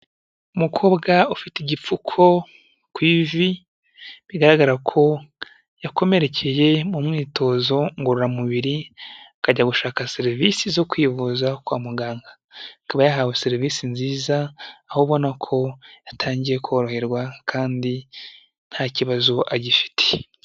Umukobwa ufite igipfuko ku ivi bigaragara ko yakomerekeye mu myitozo ngororamubiri akajya gushaka serivisi zo kwivuza kwa muganga, akaba yahawe serivisi nziza aho ubona ko yatangiye koroherwa kandi nta kibazo agifite.